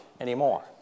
anymore